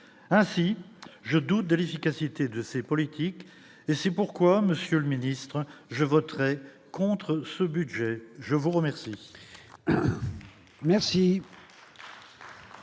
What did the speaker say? ainsi, je doute de l'efficacité de ses politiques et c'est pourquoi monsieur le ministre, je voterai contre ce budget, je vous remercie.